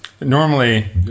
Normally